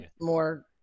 more